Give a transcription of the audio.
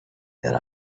that